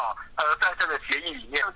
oh yeah